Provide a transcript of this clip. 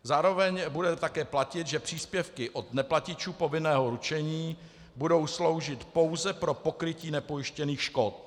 Zároveň bude také platit, že příspěvky od neplatičů povinného ručení budou sloužit pouze pro pokrytí nepojištěných škod.